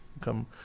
come